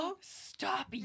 Stop